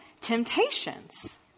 temptations